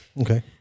Okay